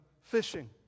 fishing